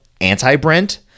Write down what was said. anti-Brent